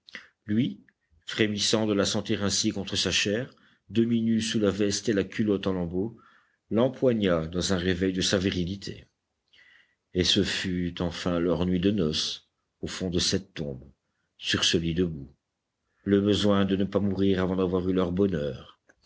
lui frémissant de la sentir ainsi contre sa chair demi-nue sous la veste et la culotte en lambeaux l'empoigna dans un réveil de sa virilité et ce fut enfin leur nuit de noces au fond de cette tombe sur ce lit de boue le besoin de ne pas mourir avant d'avoir eu leur bonheur